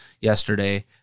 yesterday